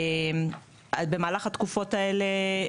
במהלך התקופות האלה,